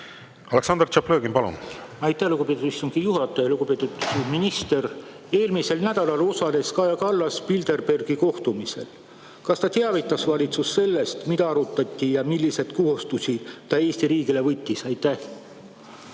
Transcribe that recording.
Aleksandr Tšaplõgin, palun! Aitäh, lugupeetud istungi juhataja! Lugupeetud minister! Eelmisel nädalal osales Kaja Kallas Bilderbergi kohtumisel. Kas ta teavitas valitsust sellest, mida seal arutati ja milliseid kohustusi ta Eesti riigile võttis? Aitäh,